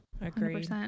Agreed